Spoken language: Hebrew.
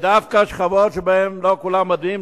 ודווקא שכבות שבהן לא כולם עובדים,